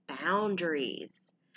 boundaries